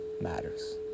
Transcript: matters